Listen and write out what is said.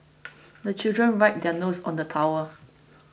the children wipe their noses on the towel